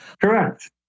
Correct